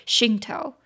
Shinto